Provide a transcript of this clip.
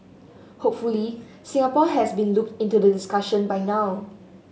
hopefully Singapore has been looped into the discussion by now